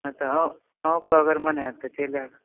अच्छा अहुँके मन होयत तऽ चलि आयब